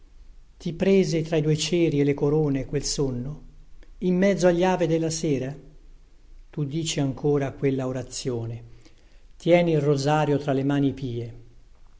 ti prese tra i due ceri e le corone quel sonno in mezzo agli ave della sera tu dici ancora quella orazïone tieni il rosario tra le mani pie